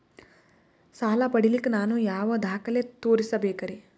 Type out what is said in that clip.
ಸಾಲ ಪಡಿಲಿಕ್ಕ ನಾನು ಯಾವ ದಾಖಲೆ ತೋರಿಸಬೇಕರಿ?